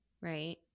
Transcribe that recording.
right